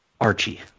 Archie